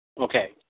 Okay